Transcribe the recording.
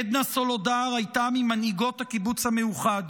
עדנה סולודר הייתה ממנהיגות הקיבוץ המאוחד.